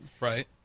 Right